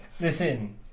Listen